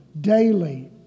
daily